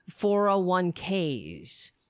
401ks